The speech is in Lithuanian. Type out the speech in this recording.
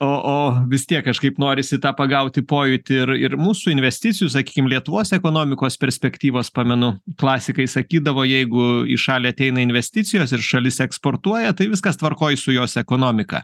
o o vis tiek kažkaip norisi tą pagauti pojūtį ir ir mūsų investicijų sakykim lietuvos ekonomikos perspektyvas pamenu klasikai sakydavo jeigu į šalį ateina investicijos ir šalis eksportuoja tai viskas tvarkoje su jos ekonomika